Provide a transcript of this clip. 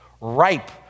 ripe